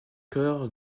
cœur